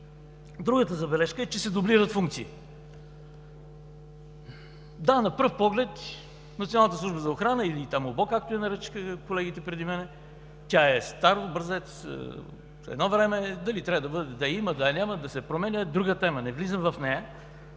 Другата забележка е, че се дублират функции – да, на пръв поглед Националната служба за охрана или УБО, както я нарекоха преди мен колегите. Тя е стар образец, едно време – дали трябва да я има, да я няма, да се променя, е друга тема, не влизам в нея.